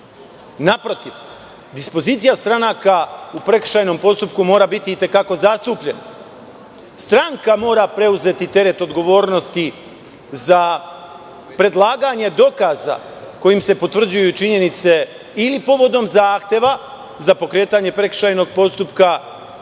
Naprotiv, dispozicija stranaka u prekršajnom postupku mora biti i te kako zastupljena. Stranka mora preuzeti teret odgovornosti za predlaganje dokaza kojim se potvrđuju i činjenice ili povodom zahteva za pokretanje prekršajnog postupka ili